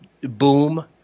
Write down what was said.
boom